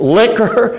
liquor